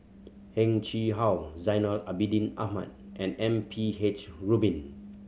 Heng Chee How Zainal Abidin Ahmad and M P H Rubin